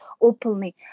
openly